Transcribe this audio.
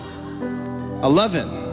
Eleven